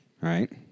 right